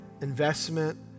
investment